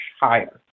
higher